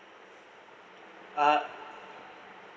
ah